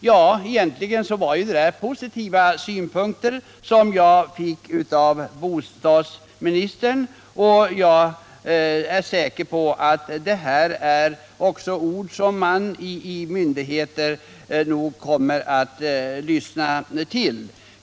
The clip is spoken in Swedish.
Ja, egentligen var det positiva synpunkter jag fick av bostadsministern, och jag är säker på att detta också är ord som myndigheterna kommer att lyssna till.